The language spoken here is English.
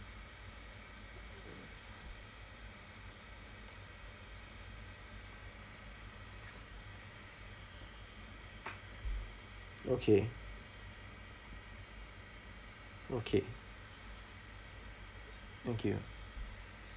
okay okay thank you